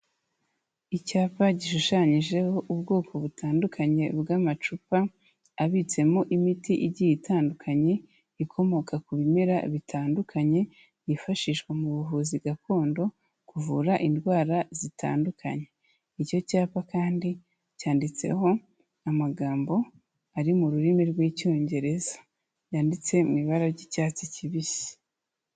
Icyapa gishushanyijeho ubwoko butandukanye bw'amacupa abitsemo imiti igiye itandukanye ikomoka ku bimera bitandukanye, byifashishwa mu buvuzi gakondo kuvura indwara zitandukanye, icyo cyapa kandi cyanditseho amagambo ari mu rurimi rw'Icyongereza, yanditse mu ibara ry'icyatsi kibisi.